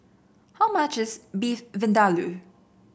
how much is Beef Vindaloo